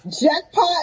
jackpot